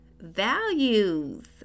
values